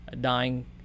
dying